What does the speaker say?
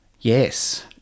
Yes